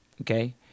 okay